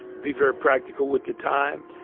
be very practical with the time.